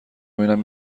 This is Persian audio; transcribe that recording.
ببینم